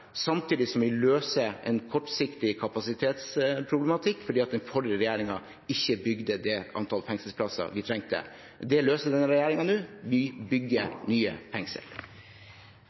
Samtidig løser vi en kortsiktig kapasitetsproblematikk fordi den forrige regjeringen ikke bygde det antallet fengselsplasser som vi trengte. Det løser denne regjeringen nå. Vi bygger nye